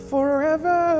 Forever